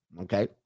okay